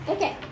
Okay